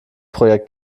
projekt